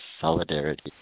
solidarity